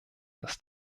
dass